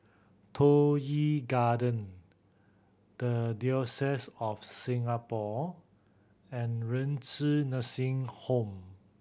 Toh Yi Garden The Diocese of Singapore and Renci Nursing Home